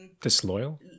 disloyal